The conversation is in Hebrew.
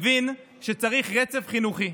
מבין שצריך רצף חינוכי,